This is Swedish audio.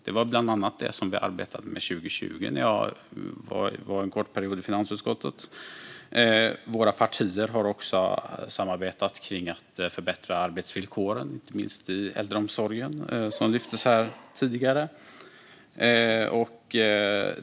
Det var bland annat det vi arbetade med 2020 under min korta period i finansutskottet. Våra partier har också samarbetat kring att förbättra arbetsvillkoren, inte minst i äldreomsorgen som lyftes här tidigare.